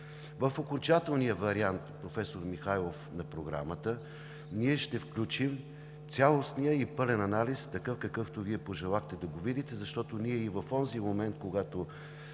В окончателния вариант, професор Михайлов, на Програмата ние ще включим цялостен и пълен анализ – какъвто Вие пожелахте да го видите, защото и в онзи момент, когато